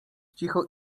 cicho